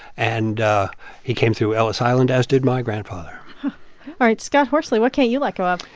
and he came through ellis island, as did my grandfather all right. scott horsley, what can't you let go of?